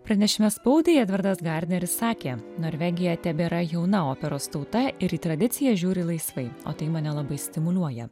pranešime spaudai edvardas gardneris sakė norvegija tebėra jauna operos tauta ir į tradicijas žiūri laisvai o tai mane labai stimuliuoja